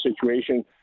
situation